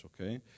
okay